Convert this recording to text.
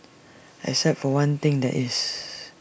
except for one thing that is